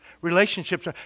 relationships